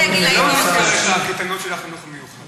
מפני שאין להם מסגרת של חינוך מיוחד.